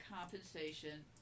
compensation